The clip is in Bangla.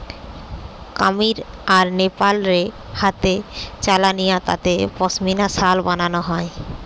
কামীর আর নেপাল রে হাতে চালানিয়া তাঁতে পশমিনা শাল বানানা হয়